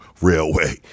Railway